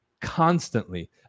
constantly